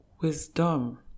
wisdom